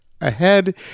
ahead